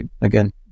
again